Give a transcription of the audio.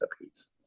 apiece